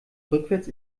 rückwärts